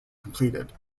completed